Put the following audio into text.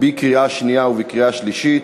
קריאה שנייה וקריאה שלישית.